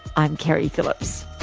i'm keri phillips